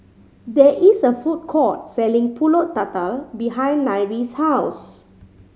there is a food court selling Pulut Tatal behind Nyree's house